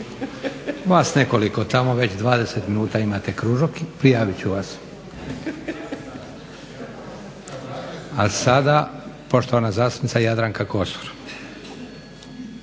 Vas nekoliko tamo već 20 minuta imate kružok, prijavit ću vas. A sada poštovana zastupnica Jadranka Kosor.